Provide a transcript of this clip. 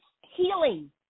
healing